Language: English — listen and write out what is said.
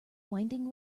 winding